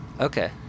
Okay